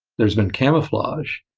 there's been camouflage,